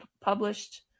published